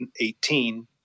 2018